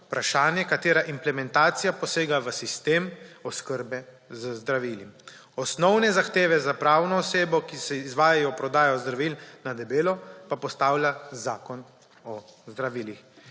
vprašanje, katere implementacija posega v sistem oskrbe z zdravili. Osnovne zahteve za pravno osebo, ki izvajajo prodajo zdravil na debelo, pa postavlja Zakon o zdravilih.